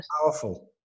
powerful